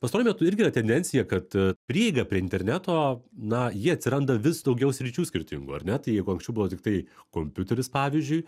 pastaruoju metu irgi yra tendencija kad prieiga prie interneto na ji atsiranda vis daugiau sričių skirtingų ar ne tai jeigu anksčiau buvo tiktai kompiuteris pavyzdžiui